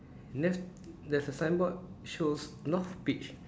there's there's a signboard shows North Beach